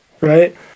right